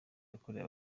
yakorewe